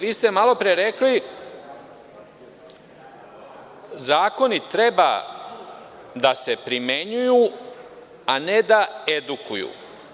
Vi ste malopre rekli zakoni treba da se primenjuju, a ne da edukuju.